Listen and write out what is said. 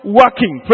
working